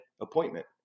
appointment